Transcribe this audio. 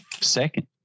Second